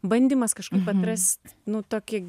bandymas kažkaip nu tokį